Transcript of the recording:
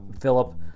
Philip